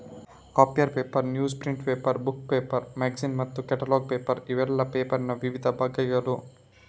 copier paper, newsprint paper, book paper, magazine ಮತ್ತು catalogue paper ಇವೆಲ್ಲ ಪೇಪರಿನ ವಿವಿಧ ಬಗೆಗಳು